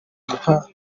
guha